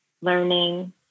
learning